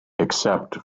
except